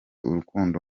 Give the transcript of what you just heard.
urukundo